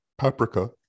paprika